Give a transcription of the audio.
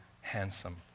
handsome